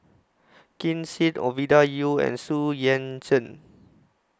Ken Seet Ovidia Yu and Xu Yuan Zhen